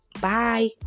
Bye